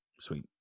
Sweet